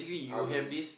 army